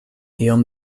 iom